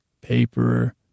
paper